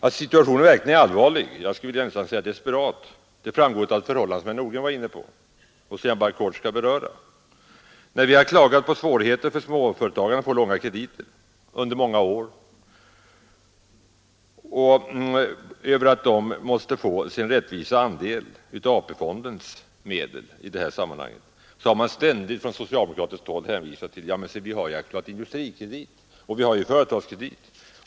Att situationen verkligen är allvarlig, jag skulle nästan vilja säga desperat, framgår av ett förhållande som herr Nordgren var inne på och som jag bara kort skall beröra. När vi under många år klagat över småföretagarnas svårigheter att få långa krediter och påpekat att de i detta sammanhang måste få sin rättvisa del av AP-fondens medel, har man ständigt från socialdemokratiskt håll hänvisat till AB Industrikredit och AB Företagskredit.